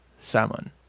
salmon